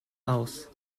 aus